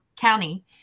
County